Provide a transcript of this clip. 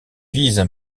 visent